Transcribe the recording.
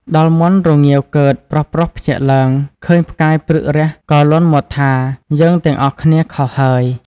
ដល់មាន់រងាវកឺតប្រុសៗភ្ញាក់ឡើង ឃើញផ្កាយព្រឹករះក៏លាន់មាត់ថា «យើងទាំងអស់គ្នាខុសហើយ។